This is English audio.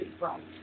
right